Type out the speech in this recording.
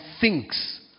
thinks